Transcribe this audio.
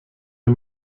ihr